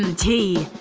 and tea.